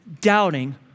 doubting